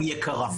והיא יקרה.